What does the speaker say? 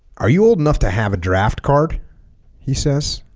are you old enough to have a draft card he says